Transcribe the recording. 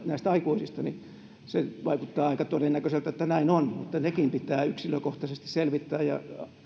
näistä aikuisista vasten tahtoaan mennyt vaikuttaa aika todennäköiseltä että näin on mutta sekin pitää yksilökohtaisesti selvittää ja